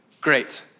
Great